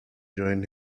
joined